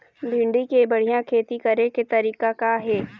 भिंडी के बढ़िया खेती करे के तरीका का हे?